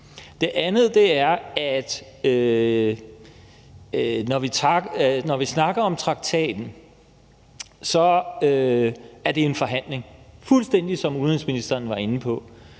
Den anden ting er, at når vi snakker om traktaten, er det en forhandling, fuldstændig ligesom udenrigsministeren var inde på.